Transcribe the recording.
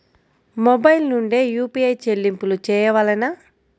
Mobile నుండే UPI చెల్లింపులు చేయవలెనా?